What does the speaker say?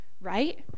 right